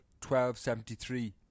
1273